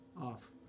off